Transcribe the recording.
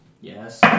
Yes